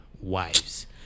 wives